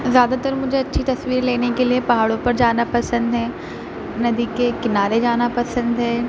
زیادہ تر مجھے اچھی تصویر لینے کے لیے پہاڑوں پر جانا پسند ہے ندی کے کنارے جانا پسند ہے